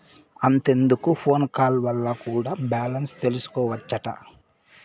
అంతెందుకు phone call వల్ల కూడా బాలెన్స్ తెల్సికోవచ్చట